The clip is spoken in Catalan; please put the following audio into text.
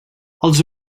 els